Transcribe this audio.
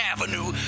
Avenue